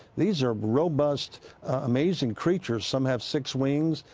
these are robust amazing creatures. some have six wings.